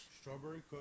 Strawberry